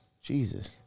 Jesus